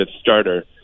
starter